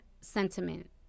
sentiment